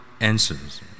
answers